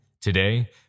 today